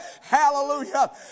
Hallelujah